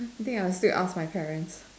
think I'll still ask my parents